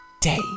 day